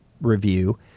review